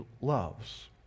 loves